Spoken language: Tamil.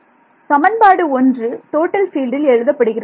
மாணவர் சமன்பாடு 1 டோட்டல் ஃபீல்டில் எழுதப்படுகிறது